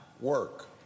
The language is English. work